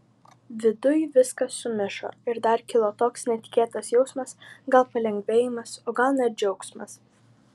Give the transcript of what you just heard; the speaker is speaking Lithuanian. viduj viskas sumišo ir dar kilo toks netikėtas jausmas gal palengvėjimas o gal net džiaugsmas